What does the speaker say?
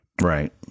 Right